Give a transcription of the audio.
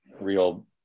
real